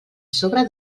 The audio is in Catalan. sobre